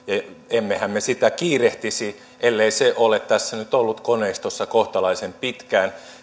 emmehän me sitä kiirehtisi ellei se nyt olisi ollut tässä koneistossa kohtalaisen pitkään